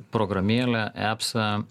programėlę epsą